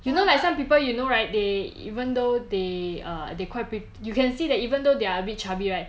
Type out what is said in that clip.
you know like some people you know right they even though they uh they quite pre~ you can see that even though they are a bit chubby right